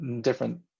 different